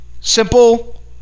Simple